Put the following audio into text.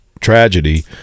tragedy